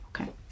Okay